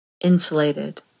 insulated